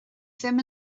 ddim